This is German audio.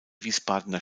wiesbadener